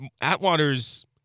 Atwater's